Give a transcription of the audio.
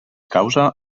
causa